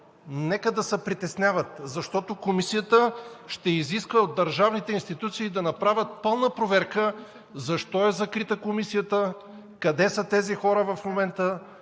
нека да се притесняват, защото Комисията ще изисква от държавните институции да направят пълна проверка защо е закрита Комисията, къде са тези хора в момента,